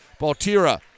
Baltira